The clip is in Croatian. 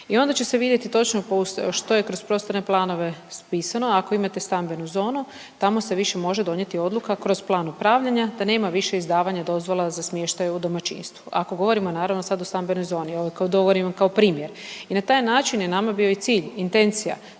i onda će se vidjeti točno što je kroz prostorne planove raspisano. Ako imate stambenu zonu tamo se više može donijeti odluka kroz plan upravljanja da nema više izdavanja dozvola za smještaj u domaćinstvu, ako govorimo naravno sad o stambenoj zoni, ovo govorim kao primjer. I na taj način je nama bio i cilj intencija